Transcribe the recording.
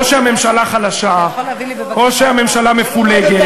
או שהממשלה חלשה או שהממשלה מפולגת.